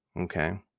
okay